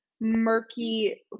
murky